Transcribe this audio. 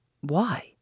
Why